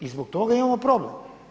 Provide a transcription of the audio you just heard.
I zbog toga imamo problem.